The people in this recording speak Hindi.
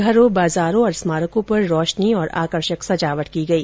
घरों बाजारों और स्मारकों पर रोशनी और आकर्षक सजावट की गई